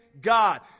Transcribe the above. God